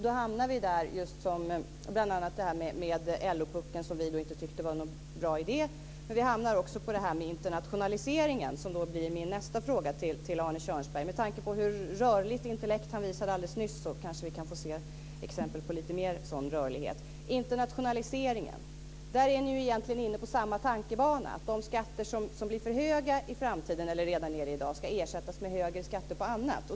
Då hamnar vi just i situationen med bl.a. LO-puckeln, som vi inte tycker är någon bra idé. Men vi hamnar också i detta med internationaliseringen, som då föranleder mig att ställa nästa fråga till Arne Kjörnsberg. Med tanke på hur rörligt intellekt han visade alldeles nyss kanske vi kan få se exempel på lite mer sådan rörlighet. När det gäller internationaliseringen är ni ju egentligen inne på samma tankebana, att de skatter som blir för höga i framtiden eller som redan är det i dag ska ersättas med högre skatter på annat.